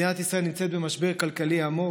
מדינת ישראל נמצאת במשבר כלכלי עמוק.